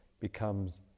becomes